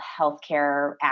healthcare